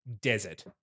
desert